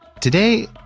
Today